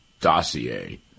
dossier